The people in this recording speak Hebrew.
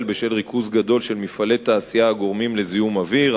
בשל ריכוז גדול של מפעלי תעשייה שגורמים לזיהומי אוויר.